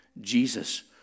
Jesus